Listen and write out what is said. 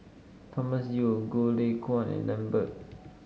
Thomas Yeo Goh Lay Kuan and Lambert